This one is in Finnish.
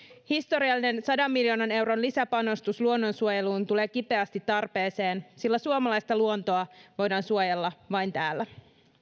historiallinen sadan miljoonan euron lisäpanostus luonnonsuojeluun tulee kipeästi tarpeeseen sillä suomalaista luontoa voidaan suojella vain täällä